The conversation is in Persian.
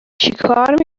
چیکار